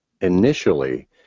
initially